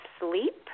sleep